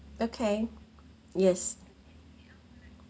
okay yes